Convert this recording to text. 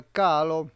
calo